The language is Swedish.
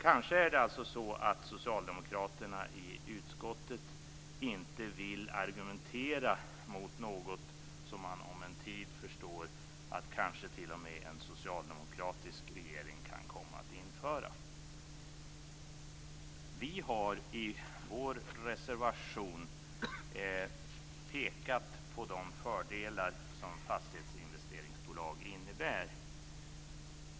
Kanske är det så att socialdemokraterna i utskottet inte vill argumentera mot något som man om en tid förstår att t.o.m. en socialdemokratisk regering kan komma att införa. Vi har i vår reservation pekat på de fördelar som fastighetsinvesteringsbolag innebär.